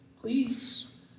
Please